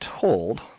told